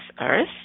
earth